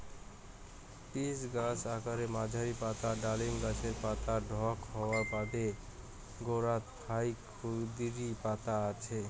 pitch গছ আকারে মাঝারী, পাতা ডালিম গছের পাতার ঢক হওয়ার বাদে গোরোত ফাইক ক্ষুদিরী পাতা আছে